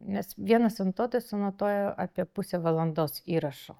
nes vienas anotuotojas sunotuoja apie pusę valandos įrašo